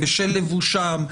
בשל לבושם,